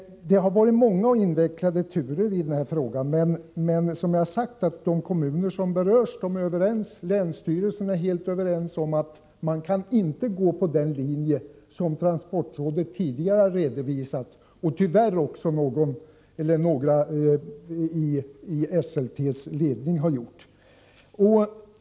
Det har varit många och invecklade turer, men som jag har sagt är de kommuner som berörs överens med länsstyrelsen om att man inte kan gå på den linje som transportrådet tidigare har redovisat, och tyvärr också några i SLT:s ledning.